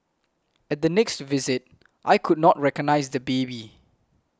at the next visit I could not recognise the baby